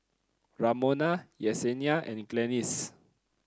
Ramona Yesenia and Glennis